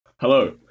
Hello